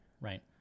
right